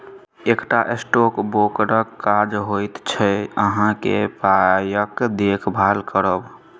एकटा स्टॉक ब्रोकरक काज होइत छै अहाँक पायक देखभाल करब